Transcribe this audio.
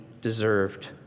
deserved